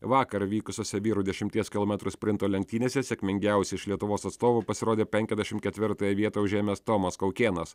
vakar vykusiose vyrų dešimties kilometrų sprinto lenktynėse sėkmingiausiai iš lietuvos atstovų pasirodė penkiasdešimt ketvirtąją vietą užėmęs tomas kaukėnas